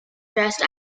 dressed